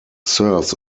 serves